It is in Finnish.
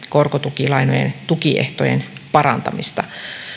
korkotukilainojen tukiehtojen parantamista